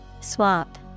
Swap